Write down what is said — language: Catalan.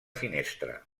finestra